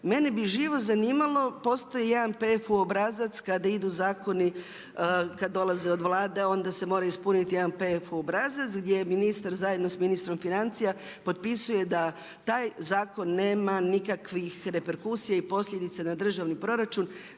mene bi živo zanimalo, postoji jedan PFU obrazac kada idu zakoni, kad dolaze od Vlade onda se mora ispuniti jedan PFU obrazac gdje ministar zajedno s ministrom financija potpisuje da taj zakon nema nikakvih reperkusija i posljedica na državni proračun.